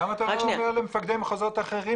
למה לאתה לא אומר למפקדי מחוזות אחרים